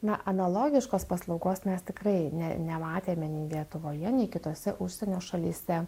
na analogiškos paslaugos mes tikrai ne nematėme nei lietuvoje nei kitose užsienio šalyse